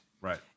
Right